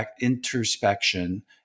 introspection